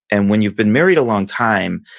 and when you've been married a long time,